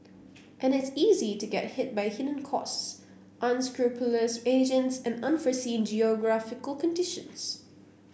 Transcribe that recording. and it's easy to get hit by hidden costs unscrupulous agents and unforeseen geographical conditions